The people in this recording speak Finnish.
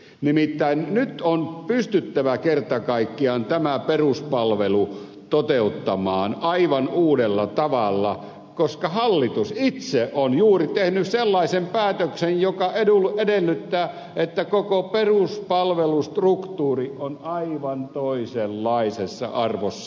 nimittäin nyt on pystyttävä kerta kaikkiaan tämä peruspalvelu toteuttamaan aivan uudella tavalla koska hallitus itse on juuri tehnyt sellaisen päätöksen joka edellyttää että koko peruspalvelustruktuuri on aivan toisenlaisessa arvossa